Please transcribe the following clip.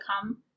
come